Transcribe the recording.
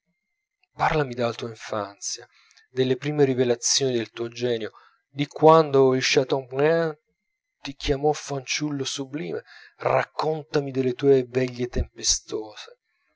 parlami della tua infanzia delle prime rivelazioni del tuo genio di quando il chateaubriand ti chiamò fanciullo sublime raccontami delle tue veglie tempestose